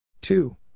Two